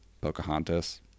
Pocahontas